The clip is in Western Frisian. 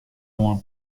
oan